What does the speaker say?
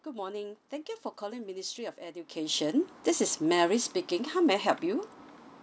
good morning thank you for calling ministry of education this is mary speaking how may I help you